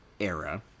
era